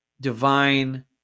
divine